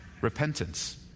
repentance